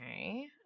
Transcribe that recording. okay